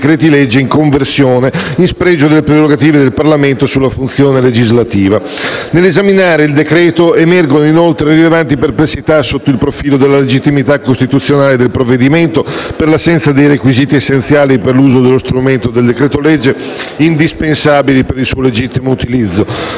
Nell'esaminare il decreto-legge emergono, inoltre, rilevanti perplessità sotto il profilo della legittimità costituzionale del provvedimento, per l'assenza dei requisiti essenziali per l'uso dello strumento del decreto-legge indispensabili per il suo legittimo utilizzo.